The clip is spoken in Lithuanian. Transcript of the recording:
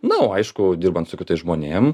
nu aišku dirbant su kitais žmonėm